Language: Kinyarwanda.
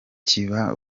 kiba